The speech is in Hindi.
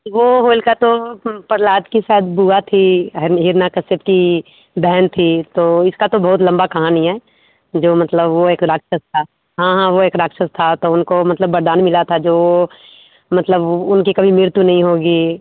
वह होलिका तो प्रहलाद की शायद बुआ थी हिरणाकश्यप की बहन थी तो तो इसका तो बहुत लंबी कहानी है जो मतलब वह एक राक्षस था हाँ हाँ वह एक राक्षस था तो उनको मतलब वरदान मिला था जो मतलब वह उनकी कभी मृत्यु नहीं होगी